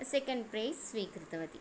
second press स्वीकृतवती